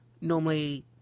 normally